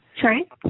Sorry